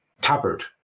tabard